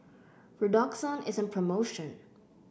redoxon is on promotion